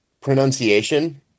pronunciation